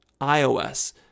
iOS